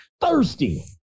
thirsty